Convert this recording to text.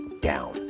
down